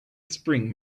spring